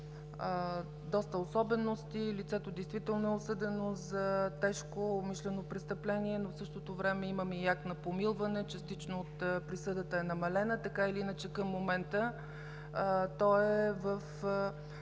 доста особености. Лицето действително е осъдено за тежко умишлено престъпление, но в същото време имаме и акт на помилване, частично е намалена присъдата. Така или иначе към момента то е в